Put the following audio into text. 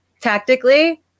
tactically